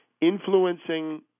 influencing